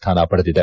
ಸ್ಥಾನ ಪಡೆದಿದೆ